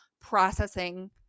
processing